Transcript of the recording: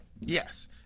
Yes